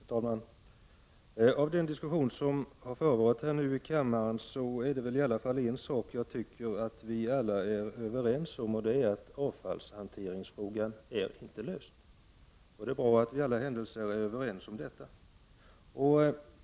Herr talman! I den diskussion som har förevarit nu i kammaren tycker jag vi alla är överens om att avfallshanteringsfrågan inte är löst. Det är bra att vi i alla fall är överens om detta.